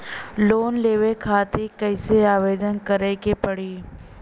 Loan लेवे खातिर कइसे आवेदन करें के पड़ी?